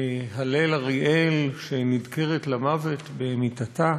הלל אריאל, שנדקרת למוות במיטתה,